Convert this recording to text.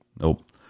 nope